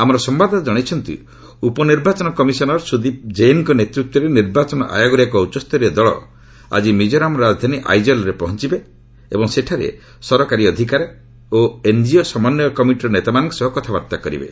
ଆମର ସମ୍ଭାଦଦାତା ଜଣାଇଛନ୍ତି ଉପନିର୍ବାଚନ କମିଶନର୍ ସୁଦୀପ୍ ଜୈନଙ୍କ ନେତୃତ୍ୱରେ ନିର୍ବାଚନ ଆୟୋଗର ଏକ ଉଚ୍ଚସ୍ତରୀୟ ଦଳ ଆଜି ମିକୋରାମ୍ର ରାଜଧାନୀ ଆଇଜଲ୍ରେ ପହଞ୍ଚବେ ଏବଂ ସେଠାରେ ସରକାରୀ ଅଧିକାରୀ ଓ ଏନ୍କିଓ ସମନ୍ୱୟ କମିଟିର ନେତାମାନଙ୍କ ସହ କଥାବାର୍ତ୍ତା କରିବେ